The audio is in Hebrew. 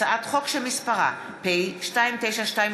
הצעת חוק שמספרה פ/2928/20,